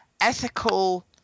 ethical